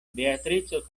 beatrico